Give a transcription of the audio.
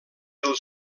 del